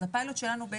אז הרעיון שלנו,